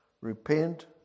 Repent